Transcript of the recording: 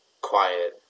quiet